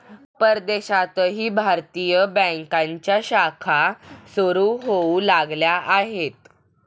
परदेशातही भारतीय बँकांच्या शाखा सुरू होऊ लागल्या आहेत